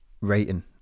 Rating